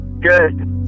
Good